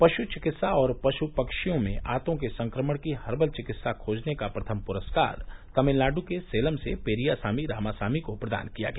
पश् चिकित्सा और पश् पक्षियों में आंतों के संक्रमण की हर्बल चिकित्सा खोजने का प्रथम पुरस्कार तमिलनाडु के सेलम से पेरियासामी रामासामी को प्रदान किया गया